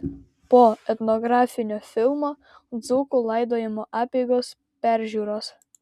po etnografinio filmo dzūkų laidojimo apeigos peržiūros